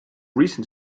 recent